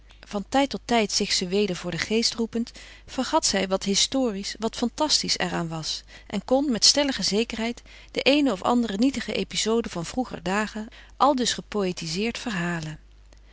van tijd tot tijd zich ze weder voor den geest roepend vergat zij wat historisch wat fantastisch er aan was en kon met stellige zekerheid de eene of andere nietige epizode van vroeger dagen aldus gepoëtizeerd verhalen